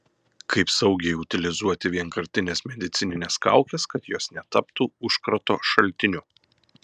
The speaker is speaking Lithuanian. kaip saugiai utilizuoti vienkartines medicinines kaukes kad jos netaptų užkrato šaltiniu